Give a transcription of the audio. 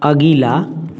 अगिला